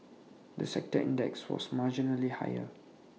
the sector index was marginally higher